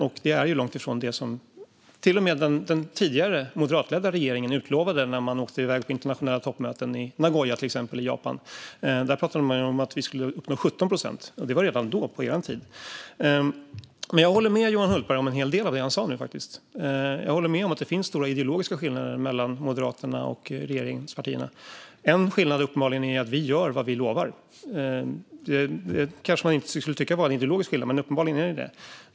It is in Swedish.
Det är till och med långt ifrån det som den tidigare moderatledda regeringen utlovade när man åkte iväg på internationella toppmöten, till exempel i Nagoya i Japan. Där pratade man om att vi skulle uppnå 17 procent. Det var redan då på er tid. Jag håller med Johan Hultberg om en del av det han sa nu. Jag håller med om att det finns stora ideologiska skillnader mellan Moderaterna och regeringspartierna. En skillnad är att vi gör vad vi lovar. Det kanske man inte skulle tycka var en ideologisk skillnad, men det är det uppenbarligen.